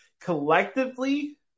collectively